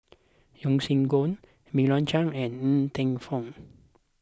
Yeo Siak Goon Meira Chand and Ng Teng Fong